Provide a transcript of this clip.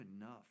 enough